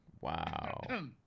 Wow